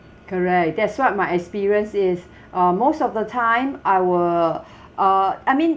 correct that's what my experience is uh most of the time our uh I mean